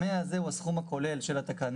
ה-100 הזה הוא הסכום הכולל של התקנות,